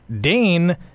Dane